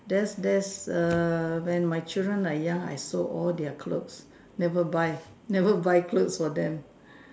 there's there's a when my children are young I sewed all their clothes never buy never buy clothes for them